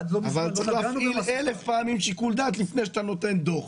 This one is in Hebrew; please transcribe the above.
אבל צריך להפעיל אלף פעמים שיקול דעת לפני שאתה נותן דוח.